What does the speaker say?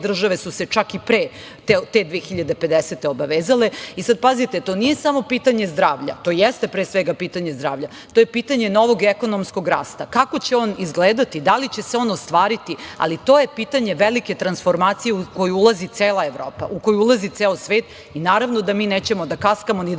države su se čak i pre te 2050. godine obavezale. Sada, pazite, to nije samo pitanje zdravlje, to jeste, pre svega, pitanje zdravlja, ali je to pitanje novog ekonomskog rasta, kako će on izgledati, da li će se on ostvariti, ali to je pitanje velike transformacije u koju ulazi cela Evropa, u koju ulazi ceo svet i, naravno, da mi nećemo da kaskamo, ni da